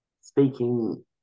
speaking